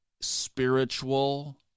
spiritual